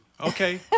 Okay